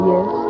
Yes